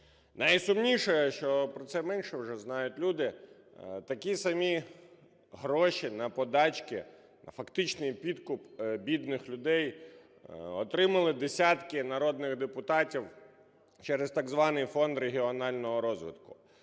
Найсумніше, що про це менше вже знають люди. Такі самі гроші на "подачки", а фактичний підкуп бідних людей, отримали десятки народних депутатів через так званий Фонд регіонального розвитку.